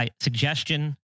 suggestion